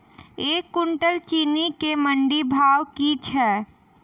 एक कुनटल चीनी केँ मंडी भाउ की छै?